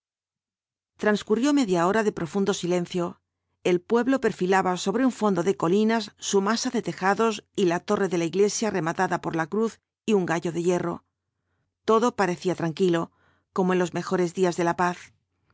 transcurrió media hora de profundo silencio el pueblo perfilaba sobre un fondo de colinas su masa de los cuatko jinbtas dhl apocalipsis tejados y la torre de la iglesia rematada por la cruz y un gallo de hierro todo parecía tranquilo como en los mejores días de la paz